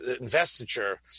investiture